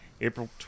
april